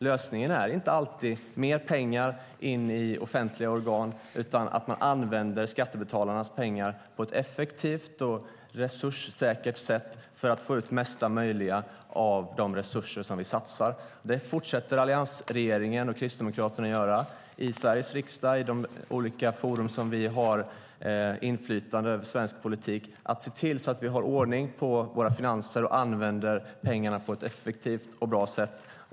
Lösningen är inte alltid mer pengar till offentliga organ, utan man måste använda skattebetalarnas pengar på ett effektivt och resurssäkert sätt för att få ut mesta möjliga av de resurser vi satsar. Det fortsätter alliansregeringen och Kristdemokraterna att göra. I Sveriges riksdag och i de olika forum som vi har inflytande över fortsätter vi att se till att vi har ordning på våra finanser och använder pengarna på ett effektivt och bra sätt.